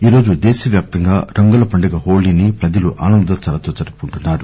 ఈరోజు దేశ వ్యాప్తంగా రంగుల పండుగ హోళీని ప్రజలు ఆనందోత్సవాలతో జరుపుకుంటున్నారు